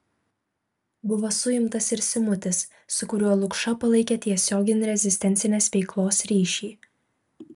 buvo suimtas ir simutis su kuriuo lukša palaikė tiesioginį rezistencinės veiklos ryšį